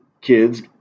kids